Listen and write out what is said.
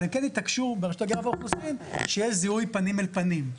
אבל הם כן התעקשו ברשות ההגירה והאוכלוסין שיהיה זיהוי פנים אל פנים.